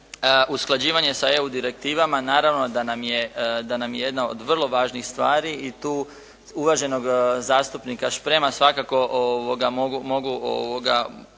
usklađivanje sa EU direktivama naravno da nam je jedna od vrlo važnih stvari i tu uvaženog zastupnika Šprema svakako mogu